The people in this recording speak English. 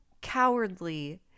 cowardly